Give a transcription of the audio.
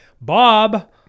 Bob